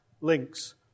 links